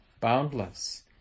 boundless